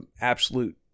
absolute